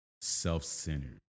self-centered